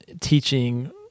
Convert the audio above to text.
teaching